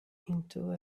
into